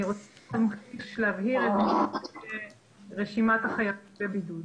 אני מבקשת להבהיר את רשימת החייבים בבידוד.